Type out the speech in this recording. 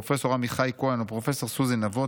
פרופ' עמיחי כהן ופרופ' סוזי נבות,